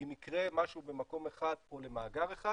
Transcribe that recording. אם יקרה משהו במקום אחד או למאגר אחד